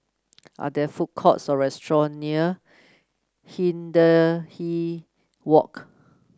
are there food courts or restaurant near Hindhede Walk